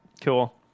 Cool